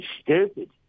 stupid